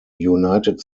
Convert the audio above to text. united